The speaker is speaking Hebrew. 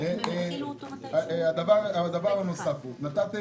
דבר נוסף, קבעתם